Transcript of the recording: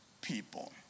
people